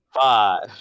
Five